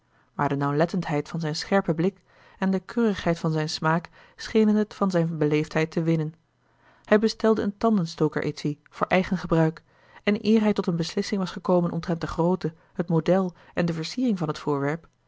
maar de nauwlettendheid van zijn scherpen blik en de keurigheid van zijn smaak schenen het van zijn beleefdheid te winnen hij bestelde een tandenstoker étui voor eigen gebruik en eer hij tot een beslissing was gekomen omtrent de grootte het model en de versiering van het voorwerp